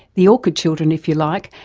the orchid children if you like,